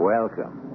Welcome